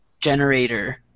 generator